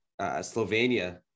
Slovenia